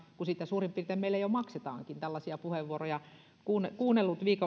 kun siitä suurin piirtein meille jo maksetaankin tällaisia puheenvuoroja olen kuunnellut